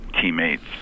teammates